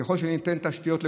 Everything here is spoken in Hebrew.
ככל שניתן תשתיות לכולם,